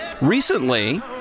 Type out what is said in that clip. Recently